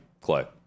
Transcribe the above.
Clay